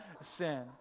sin